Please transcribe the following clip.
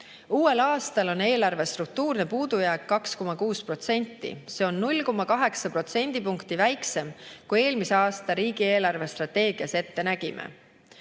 Uuel aastal on eelarve struktuurne puudujääk 2,6%, see on 0,8% väiksem kui eelmise aasta riigi eelarvestrateegias ette nägime.